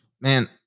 Man